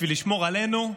בשביל לשמור עלינו,